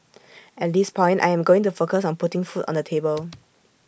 at this point I am going to focus on putting food on the table